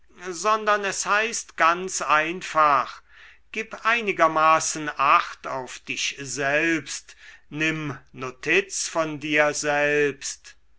sondern es heißt ganz einfach gib einigermaßen acht auf dich selbst nimm notiz von dir selbst